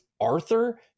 arthur